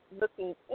looking